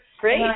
Great